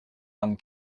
vingt